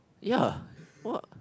ya what